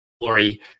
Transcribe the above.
glory